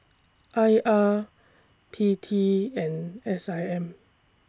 I R P T and S I M